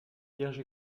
vierge